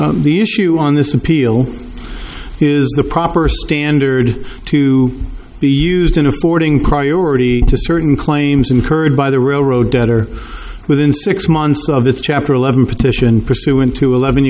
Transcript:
the issue on this appeal is the proper standard to be used in affording priority to certain claims incurred by the railroad debtor within six months of its chapter eleven petition pursuant to eleven